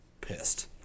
pissed